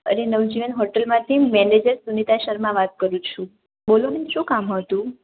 અરે નવજીવન હોટૅલમાંથી મેનેજર સુનિતા શર્મા વાત કરું છું બોલો ને શું કામ હતું